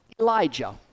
Elijah